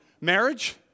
marriage